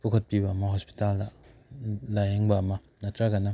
ꯄꯨꯈꯠꯄꯤꯕ ꯑꯃ ꯍꯣꯁꯄꯤꯇꯥꯜꯗ ꯂꯥꯏꯌꯦꯡꯕ ꯑꯃ ꯅꯠꯇ꯭ꯔꯒꯅ